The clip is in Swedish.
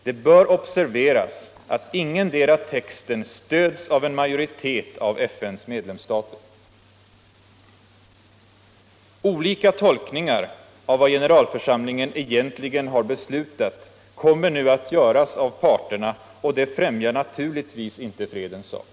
Det bör observeras att ingendera texten stöds av en majoritet av FN:s medlemsstater. Olika tolkningar av vad generalförsamlingen egentligen har beslutat kommer nu att göras av parterna, och det främjar naturligtvis inte fredens sak.